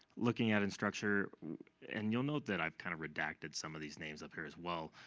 looking at instructure and you'll note that i've kind of redacted some of these names up here as well.